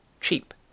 cheap